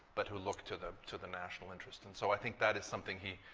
but who look to the to the national interest. and so i think that is something he